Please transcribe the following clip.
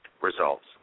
results